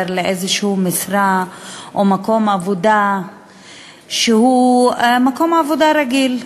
לאיזו משרה או מקום עבודה שהוא מקום עבודה רגיל,